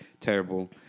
terrible